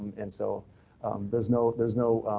and so there's no, there's no.